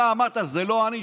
אתה אמרת: זה לא אני.